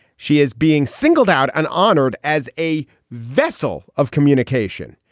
she is being singled out and honored as a vessel of communication.